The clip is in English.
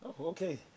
Okay